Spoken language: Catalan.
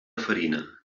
farina